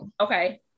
okay